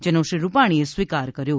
જેનો શ્રી રૂપાણીએ સ્વીકાર કર્યો હતો